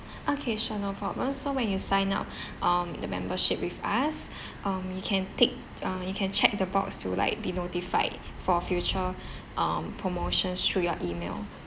okay sure no problem so when you sign up um the membership with us um you can tick uh you can check the box to like be notified for future um promotions through your email